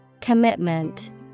Commitment